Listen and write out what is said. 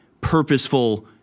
purposeful